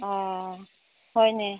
ꯑꯣ ꯍꯣꯏꯅꯦ